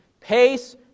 Pace